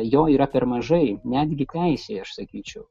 jo yra per mažai netgi teisėj aš sakyčiau